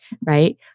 right